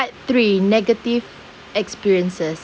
part three negative experiences